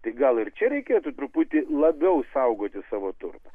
tai gal ir čia reikėtų truputį labiau saugoti savo turtą